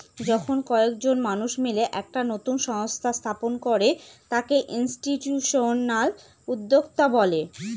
যখন কয়েকজন মানুষ মিলে একটা নতুন সংস্থা স্থাপন করে তাকে ইনস্টিটিউশনাল উদ্যোক্তা বলে